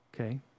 Okay